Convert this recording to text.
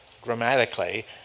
grammatically